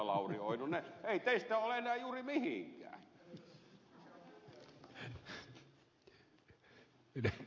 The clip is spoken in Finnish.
lauri oinonen ei teistä ole enää juuri mihinkään